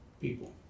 people